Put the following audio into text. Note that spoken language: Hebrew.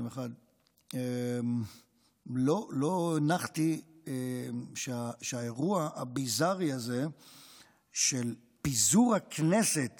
לא הנחתי שהאירוע הביזארי הזה של פיזור הכנסת